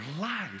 life